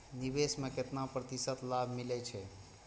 निवेश में केतना प्रतिशत लाभ मिले छै?